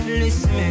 listen